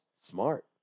Smart